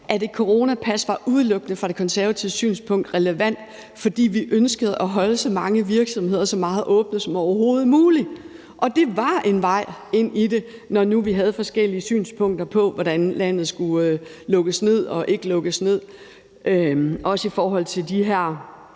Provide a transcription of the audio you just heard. at et coronapas set fra De Konservatives synspunkt udelukkende var relevant, fordi vi ønskede at holde så mange virksomheder så meget åbne som overhovedet muligt. Og det var en vej ind i det, når nu vi havde forskellige synspunkter på, hvordan landet skulle lukkes ned og ikke lukkes ned. På det tidspunkt